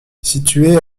située